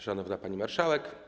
Szanowna Pani Marszałek!